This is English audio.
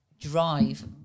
drive